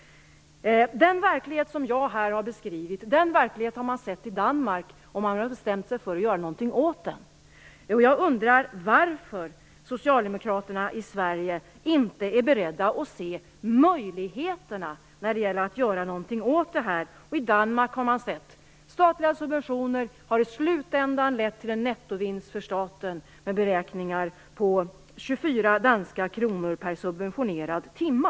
Den verklighet jag här har beskrivit har man sett i Danmark, och där har man bestämt sig för att göra någonting åt den. Jag undrar varför socialdemokraterna i Sverige inte är beredda att se möjligheterna när det gäller att göra någonting åt det här. I Danmark har man sett att statliga subventioner i slutändan lett till en nettovinst för staten som beräknats till 24 danska kronor per subventionerad timme.